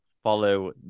follow